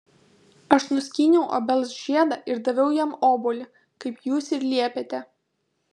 aš nuskyniau obels žiedą ir daviau jam obuolį kaip jūs ir liepėte